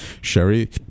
Sherry